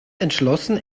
entschlossen